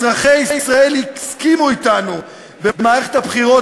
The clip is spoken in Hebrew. אזרחי ישראל הסכימו אתנו במערכת הבחירות